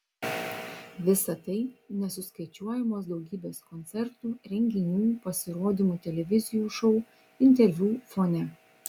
visa tai nesuskaičiuojamos daugybės koncertų renginių pasirodymų televizijų šou interviu fone